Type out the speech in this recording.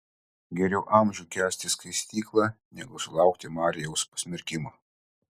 geriau amžių kęsti skaistyklą negu sulaukti marijaus pasmerkimo